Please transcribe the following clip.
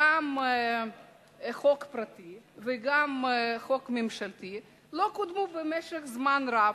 גם החוק הפרטי וגם החוק הממשלתי לא קודמו במשך זמן רב,